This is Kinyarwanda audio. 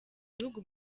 bihugu